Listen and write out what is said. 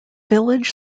village